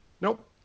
Nope